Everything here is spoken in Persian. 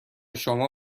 شما